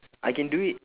I can do it